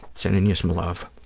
sending you some love.